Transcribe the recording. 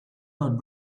not